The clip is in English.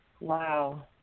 Wow